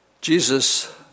Jesus